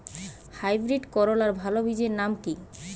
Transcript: Hybrid করলার ভালো বীজের নাম কি?